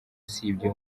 usibye